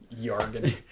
jargon